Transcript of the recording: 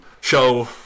show